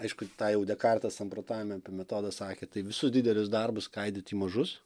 aišku tą jau dekartas samprotavime apie metodą sakė tai visus didelius darbus skaidyt į mažus